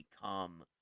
become